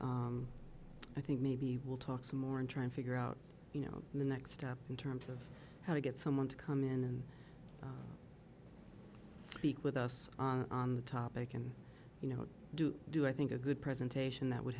i think maybe we'll talk some more and try and figure out you know the next step in terms of how to get someone to come in and speak with us on the topic and you know do do i think a good presentation that would